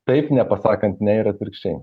taip nepasakant ne ir atvirkščiai